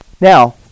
Now